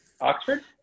Oxford